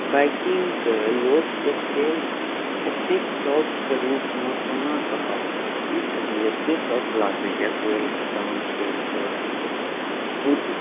बाइकिङ्गके लोकके तेल एतेक शॉकके रूपमे कोना कहब कि कही एतेक शॉक लागैए तेलके दाम सुनिके जे बहुत